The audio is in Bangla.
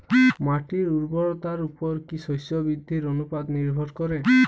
মাটির উর্বরতার উপর কী শস্য বৃদ্ধির অনুপাত নির্ভর করে?